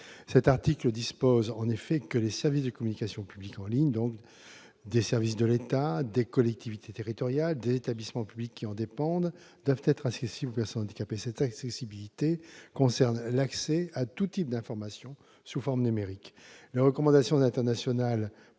Cet article dispose en effet :« Les services de communication au public en ligne des services de l'État, des collectivités territoriales et des établissements publics qui en dépendent doivent être accessibles aux personnes handicapées. » Cette accessibilité concerne l'accès à tout type d'information sous forme numérique. Les recommandations internationales